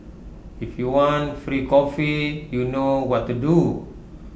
if you want free coffee you know what to do